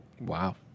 Wow